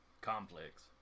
complex